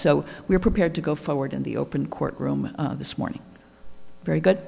so we are prepared to go forward in the open court room this morning very good